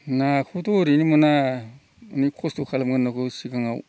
नाखौथ' ओरैनो मोना अनेख खस्थ' खालामगोरनांगौ सिगाङाव